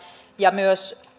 ja myös